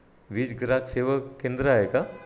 वीज ग्राहक सेवा केंद्र आहे का